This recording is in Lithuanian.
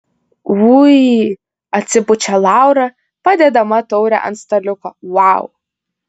ui atsipučia laura padėdama taurę ant staliuko vau